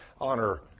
honor